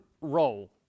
role